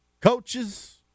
coaches